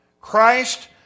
Christ